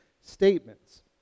statements